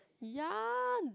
ya